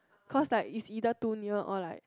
because like is either too near or like